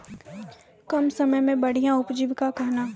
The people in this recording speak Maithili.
कम समय मे बढ़िया उपजीविका कहना?